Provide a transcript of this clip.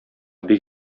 бик